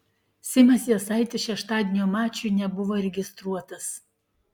simas jasaitis šeštadienio mačui nebuvo registruotas